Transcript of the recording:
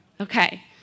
Okay